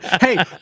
Hey